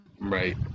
Right